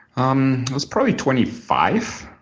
um was probably twenty five.